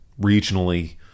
Regionally